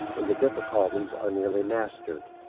when the difficulties are nearly mastered.